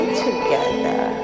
together